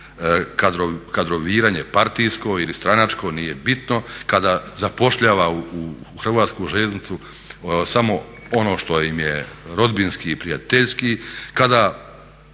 kadroviranje partijsko ili stranačko, nije bitno, kada zapošljava u Hrvatsku željeznicu samo ono što im je rodbinski i prijateljski, kada